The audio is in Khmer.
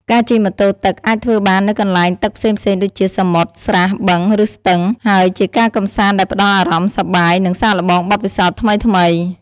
ការជិះម៉ូតូទឹកអាចធ្វើបាននៅកន្លែងទឹកផ្សេងៗដូចជា សមុទ្រ ស្រះ បឹង ឬស្ទឹង ហើយជាការកម្សាន្តដែលផ្តល់អារម្មណ៍សប្បាយ និងសាកល្បងបទពិសោធន៍ថ្មីៗ។